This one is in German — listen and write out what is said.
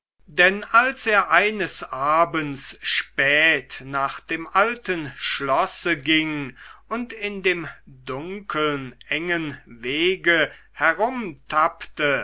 denn als er eines abends spät nach dem alten schlosse ging und in dem dunkeln engen wege